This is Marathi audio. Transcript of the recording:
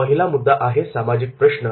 पहिला मुद्दा आहे सामाजिक प्रश्न